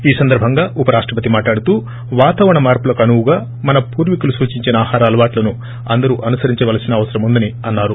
ఈ సందర్బంగా ఉపరాష్టపతి మాట్లాడుతూ వాతావరణ మార్పులకు అనువుగా మన పూర్వీకులు సూచించిన ఆహార అలవాట్లను అందరూ అనుసరించవలసిన అవసరం ఉందని అన్నారు